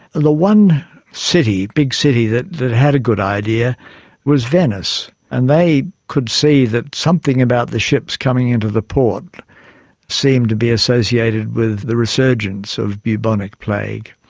and the one big city that that had a good idea was venice, and they could see that something about the ships coming into the port seemed to be associated with the resurgence of bubonic plague,